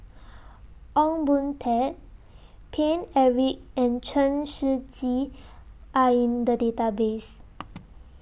Ong Boon Tat Paine Eric and Chen Shiji Are in The Database